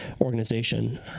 organization